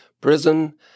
prison